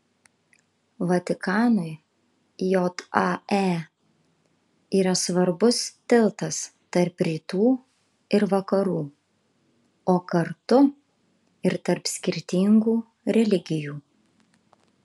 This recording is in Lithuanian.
vatikanui jae yra svarbus tiltas tarp rytų ir vakarų o kartu ir tarp skirtingų religijų